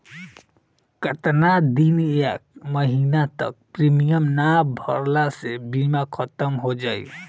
केतना दिन या महीना तक प्रीमियम ना भरला से बीमा ख़तम हो जायी?